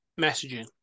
messaging